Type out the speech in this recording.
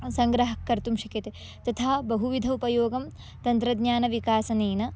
सङ्ग्रहः कर्तुं शक्यते तथा बहुविधम् उपयोगं तन्त्रज्ञानविकासेन